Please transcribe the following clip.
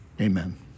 amen